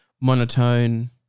monotone